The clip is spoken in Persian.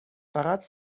فقط